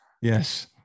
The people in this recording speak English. Yes